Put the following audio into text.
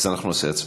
אז אנחנו נעשה הצבעה.